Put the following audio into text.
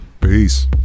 Peace